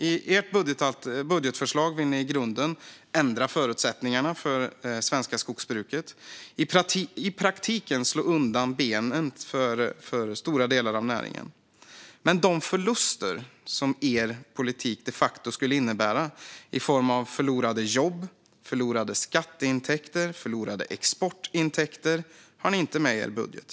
I ert budgetförslag vill ni i grunden ändra förutsättningarna för det svenska skogsbruket och i praktiken slå undan benen för stora delar av näringen. Men de förluster som er politik de facto skulle innebära i form av förlorade jobb, förlorade skatteintäkter och förlorade exportintäkter har ni inte med i er budget.